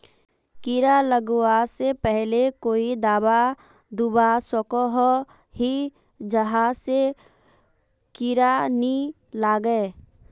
कीड़ा लगवा से पहले कोई दाबा दुबा सकोहो ही जहा से कीड़ा नी लागे?